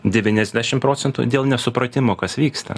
devyniasdešim procentų dėl nesupratimo kas vyksta